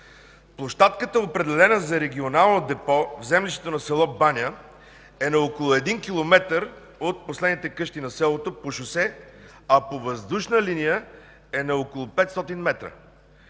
Площадката, определена за регионално депо, в землището на с. Баня е на около 1 км от последните къщи на селото по шосе, а по въздушна линия на около 500 м.